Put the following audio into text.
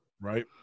right